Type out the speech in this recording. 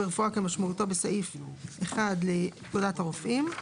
ברפואה כמשמעותו בסעיף 1 לפקודת הרופאים.